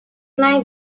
night